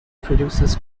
produces